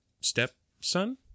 stepson